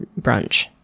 brunch